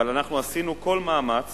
אבל אנחנו עשינו כל מאמץ